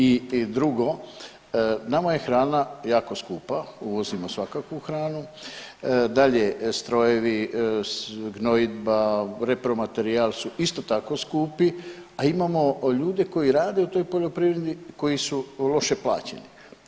I drugo, nama je hrana jako skupa, uvozimo svakakvu hranu, dalje strojevi, gnojidba, repromaterijal su isto tako skupi, a imamo ljude koji rade u toj poljoprivredi koji su loše plaćeni.